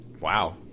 Wow